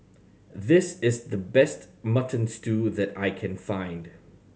this is the best Mutton Stew that I can find